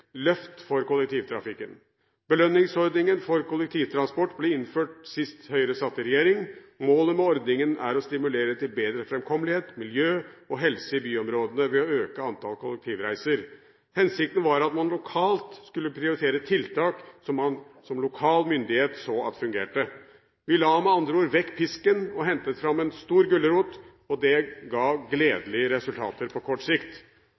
løft for kollektivtrafikken. Belønningsordningen for kollektivtransport ble innført sist Høyre satt i regjering. Målet med ordningen er å stimulere til bedre framkommelighet, miljø og helse i byområdene ved å øke antallet kollektivreiser. Hensikten var at man lokalt skulle prioritere tiltak man som lokal myndighet så fungerte. Vi la med andre ord vekk pisken og hentet fram en stor gulrot, og det ga gledelige resultater på kort sikt.